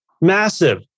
massive